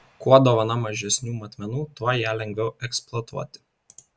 kuo dovana mažesnių matmenų tuo ją lengviau eksploatuoti